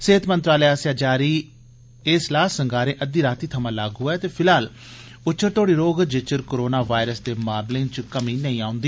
सेह्त मंत्रालय आस्सेआ जारी एह् सलाह् संगारें अद्दी रातीं थमां लागू ऐ ते फिलहाल उच्चर तोड़ी जारी रौह्ग जिच्वर कोरोना वायरस दे मामले च कमी नेई औंदी